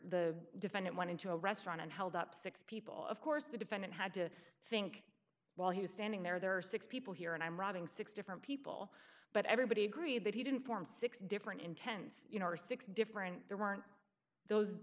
the defendant went into a restaurant and held up six people of course the defendant had to think while he was standing there there are six people here and i'm robbing six different people but everybody agreed that he didn't form six different intense or six different there weren't those